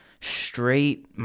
straight